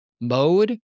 mode